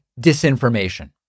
disinformation